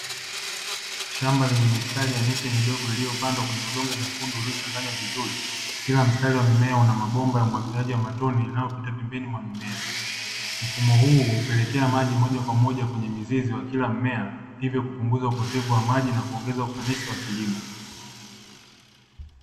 Shamba lenye mistari ya miche midogo iliyopandwa kwenye udongo mwekundu ulio changanywa vizuri, kila mstari wa mimea una maboga ya umwagiliaji wa ya matone yanayopita pembeni mwa mimea. Mfumo huu hupelekea maji moja kwa moja kwenye mizizi wa kila mmea, hivyo kupunguza upotevu wa maji na kuongeza ufanisi wa kilimo.